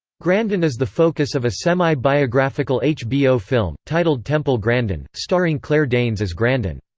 grandin is the focus of a semi-biographical hbo film, titled temple grandin, starring claire danes as grandin.